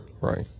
Right